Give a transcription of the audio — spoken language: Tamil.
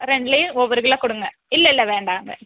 ரெண்டுலையும் ஒவ்வொரு கிலோ கொடுங்க இல்லை இல்லை வேண்டாம் வேண்டாம்